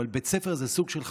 אבל בית ספר זה סוג של חממה.